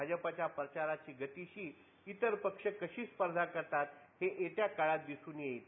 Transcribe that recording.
भाजपच्या प्रचाराची गतीशी इतर पक्ष कशी स्पर्धा करतात हे येत्या काळात दिसून येईल